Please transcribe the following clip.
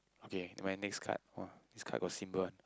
okay my next card !wow! this card got symbol one